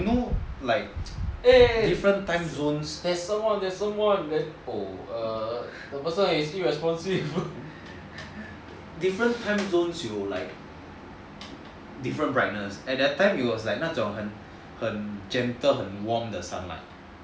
and you know like different time zones you like different brightness and at the time it was like 那种很 gentle and warm sunlight